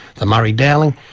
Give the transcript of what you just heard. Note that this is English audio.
the murray-darling,